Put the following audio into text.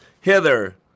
Hither